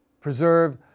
preserve